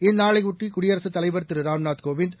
இந்நாளையொட்டி குடியரசுத் தலைவர் திரு ராம்நாத் கோவிந்த்